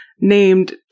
named